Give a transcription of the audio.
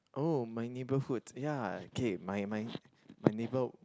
oh my neighbourhood ya okay my my my neighbour